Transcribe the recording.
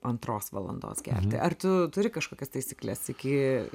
antros valandos gerti ar tu turi kažkokias taisykles iki